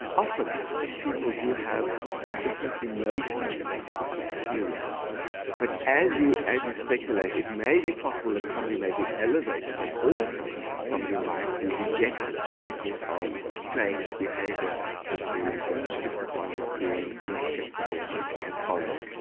often people do have a different emotional experience but, as you as you speculate, it may be possible that somebody may be elevated but also somebody might be rejected because of strange behaviour which is looked upon as being unacceptable and foreign.